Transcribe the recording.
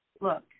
look